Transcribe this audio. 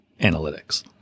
Analytics